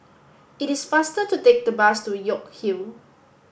it is faster to take the bus to York Hill